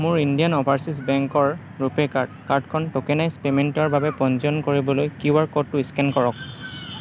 মোৰ Indian Overseas বেংকৰ RuPay card কাৰ্ডখন ট'কেনাইজ্ড পে'মেণ্টৰ বাবে পঞ্জীয়ন কৰিবলৈ কিউ আৰ ক'ডটো স্কেন কৰক